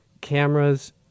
cameras